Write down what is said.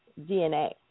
DNA